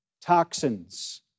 toxins